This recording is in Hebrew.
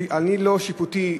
אני לא שיפוטי,